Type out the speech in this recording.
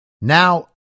now